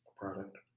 Product